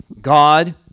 God